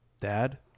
Dad